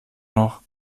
noch